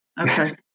Okay